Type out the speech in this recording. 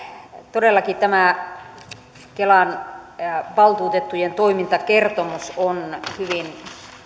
todellakin tämä kelan valtuutettujen toimintakertomus on hyvin